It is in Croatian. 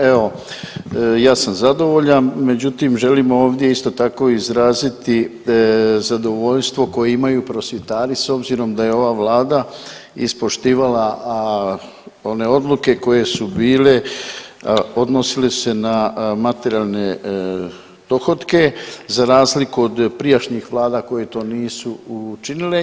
Evo ja sam zadovoljan, međutim želim ovdje isto tako izraziti zadovoljstvo koje imaju prosvjetari s obzirom da je ova Vlada ispoštivala one odluke koje su bile, odnosile su se na materijalne dohotke za razliku od prijašnjih Vlada koje to nisu učinile.